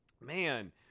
Man